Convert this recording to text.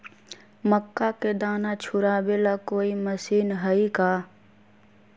मक्का के दाना छुराबे ला कोई मशीन हई का?